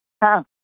हां